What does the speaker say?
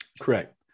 Correct